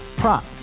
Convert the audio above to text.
prop